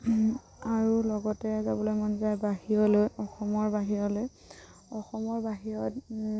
আৰু লগতে যাবলৈ মন যায় বাহিৰলৈ অসমৰ বাহিৰলৈ অসমৰ বাহিৰত